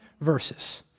verses